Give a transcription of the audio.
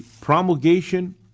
promulgation